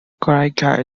character